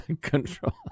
control